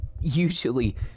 usually